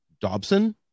Dobson